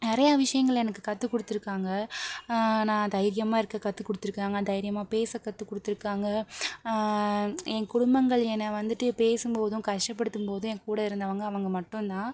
நிறையா விஷயங்கள் எனக்கு கற்றுக் கொடுத்துருக்காங்க நான் தைரியமாக இருக்க கற்றுக் கொடுத்துருக்காங்க தைரியமாக பேச கற்றுக் குடுத்துருக்காங்க என் குடும்பங்கள் என்னை வந்துட்டு பேசும் போதும் கஷ்டப்படுத்தும் போதும் என்கூட இருந்தவங்க அவங்க மட்டுந்தான்